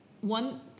one